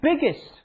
biggest